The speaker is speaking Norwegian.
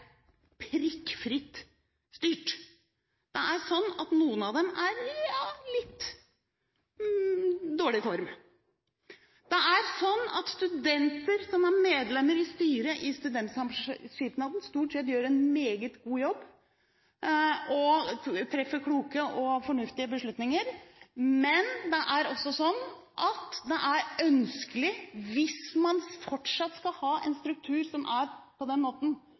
prikkfritt styrt. Det er slik at noen av dem er i litt – skal vi si – dårlig form. Det er slik at studenter som er medlemmer i styret i studentsamskipnaden, stort sett gjør en meget god jobb og treffer kloke og fornuftige beslutninger. Men det er også slik at det er ønskelig – hvis man fortsatt skal ha en struktur som er